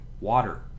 water